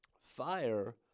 fire